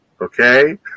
Okay